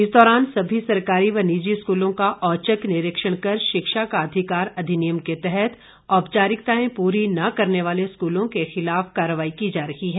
इस दौरान सभी सरकारी व निजी स्कूलों का औचक निरीक्षण कर शिक्षा का अधिकार अधिनियम के तहत औपचारिकताएं पूरी न करने वाले स्कूलों के खिलाफ कार्रवाई की जा रही है